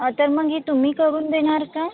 तर मग हे तुम्ही करून देणार का